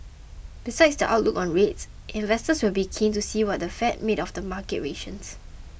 besides the outlook on rates investors will be keen to see what the fed made of the market gyrations